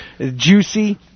Juicy